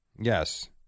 Yes